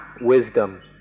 wisdom